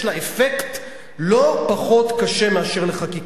יש לה אפקט לא פחות קשה מאשר חקיקה.